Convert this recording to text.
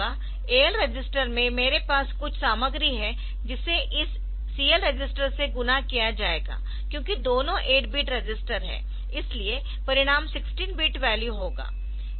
तो क्या होगा AL रजिस्टर में मेरे पास कुछ सामग्री है जिसे इस CL रजिस्टर से गुणा किया जाएगा क्योंकि दोनों 8 बीट रजिस्टर है इसलिए परिणाम 16 bit वैल्यू होगा